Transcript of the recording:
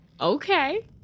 Okay